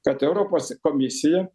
kad europos komisija